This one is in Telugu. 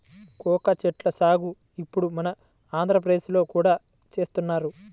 కోకా చెట్ల సాగు ఇప్పుడు మన ఆంధ్రప్రదేశ్ లో కూడా చేస్తున్నారు